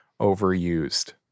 overused